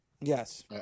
yes